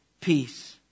peace